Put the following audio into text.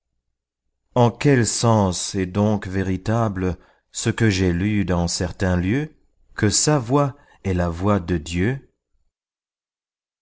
en quel sens est donc véritable ce que j'ai lu dans certain lieu que sa voix est la voix de dieu